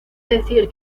decir